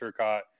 Turcotte